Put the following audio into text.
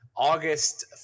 August